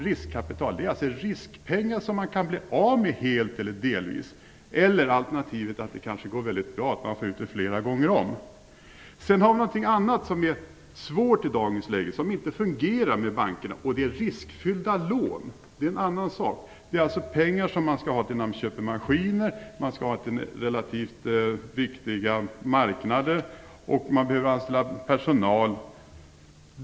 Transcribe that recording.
Riskkapitalet är alltså riskpengar som man kan bli av med helt eller delvis. Alternativt kan det gå väldigt bra så att man får tillbaka pengarna flera gånger om. Det finns något annat som är svårt i dagens läge och som inte fungerar med bankerna, nämligen riskfyllda lån. Det är alltså pengar som skall användas för inköp av maskiner, för relativt viktiga marknader och för anställning av personal.